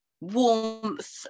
warmth